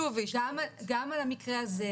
וכל התלונות שמגיעות למשטרה בגין